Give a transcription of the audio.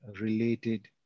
related